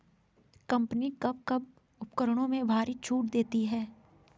Company कब कब उपकरणों में भारी छूट देती हैं?